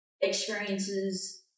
experiences